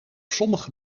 sommige